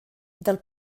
del